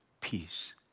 peace